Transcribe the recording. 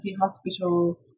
Hospital